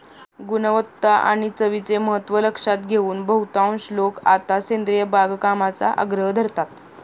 गुणवत्ता आणि चवीचे महत्त्व लक्षात घेऊन बहुतांश लोक आता सेंद्रिय बागकामाचा आग्रह धरतात